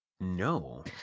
No